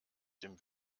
dem